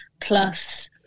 plus